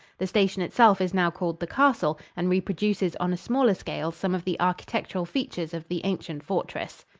the station itself is now called the castle and reproduces on a smaller scale some of the architectural features of the ancient fortress.